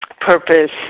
purpose